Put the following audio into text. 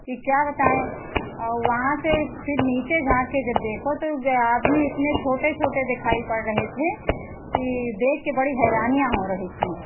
कि क्या बताएं और वहां से फिर नीचे झांके जब देखो तो गए आदमी इतने छोटे छोटे दिखाई पड़ रहे थे कि देख के बड़ी हैरानियाँ हो रही थी